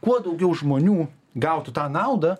kuo daugiau žmonių gautų tą naudą